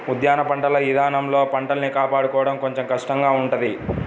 ఉద్యాన పంటల ఇదానంలో పంటల్ని కాపాడుకోడం కొంచెం కష్టంగా ఉంటది